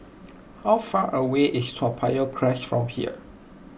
how far away is Toa Payoh Crest from here